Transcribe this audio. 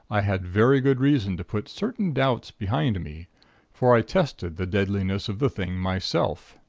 i had very good reason to put certain doubts behind me for i tested the deadliness of the thing myself.